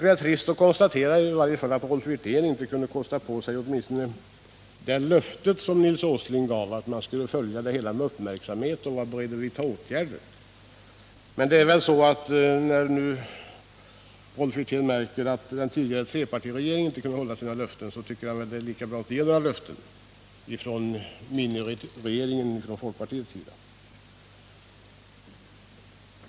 Det är trist att konstatera att Rolf Wirtén i sitt svar inte ens kunde kosta på sig det löfte som Nils Åsling gav, nämligen att regeringen skulle följa utvecklingen med uppmärksamhet och var beredd att vidta åtgärder. När Rolf Wirtén märker att den tidigare trepartiregeringen inte kunde hålla sina löften tycker han kanske att det är lika bra att inte utställa några löften från den folkpartistiska miniregeringens sida.